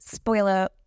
Spoiler